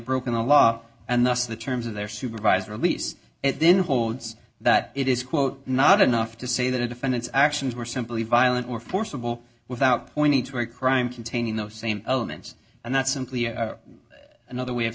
broken the law and thus the terms of their supervised release it then holds that it is quote not enough to say that a defendant's actions were simply violent or forcible without pointing to a crime containing those same elements and that's simply another way of